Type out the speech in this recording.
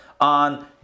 on